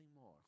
more